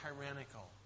tyrannical